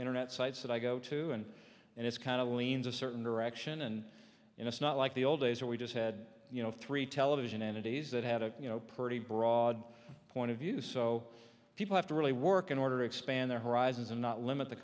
internet sites that i go to and and it's kind of leans a certain direction and in us not like the old days or we just had you know three television entities that had a you know pretty broad point of view so people have to really work in order to expand their horizons and not limit the